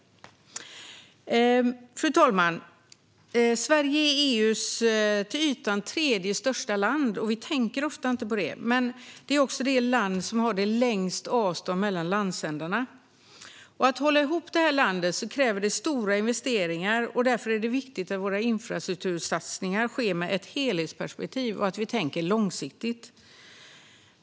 Fru talman! Sverige är EU:s till ytan tredje största land, och vi tänker ofta inte på det. Det är också det land som har längst avstånd mellan landsändarna. Att hålla ihop detta land kräver stora investeringar, och därför är det viktigt att våra infrastruktursatsningar sker med ett långsiktigt helhetsperspektiv.